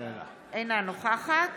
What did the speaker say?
אינה נוכחת